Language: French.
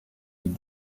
ils